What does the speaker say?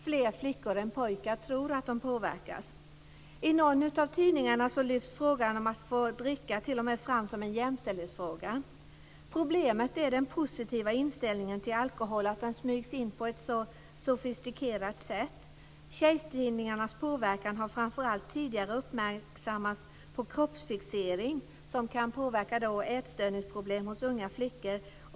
Fler flickor än pojkar tror att de påverkas. I någon av tidningarna lyfts frågan om att få dricka t.o.m. fram som en jämställdhetsfråga. Problemet är att den positiva inställningen till alkohol smygs in på ett så sofistikerat sätt. Tjejtidningarnas påverkan har framför allt tidigare uppmärksammats när det gäller kroppsfixering som kan skapa ätstörningsproblem hos unga flickor.